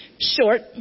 short